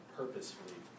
purposefully